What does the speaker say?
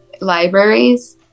libraries